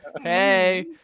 Hey